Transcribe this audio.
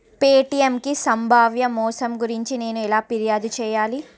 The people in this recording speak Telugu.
పేటిఎమ్ కి సంభావ్య మోసం గురించి నేను ఎలా ఫిర్యాదు చేయాలి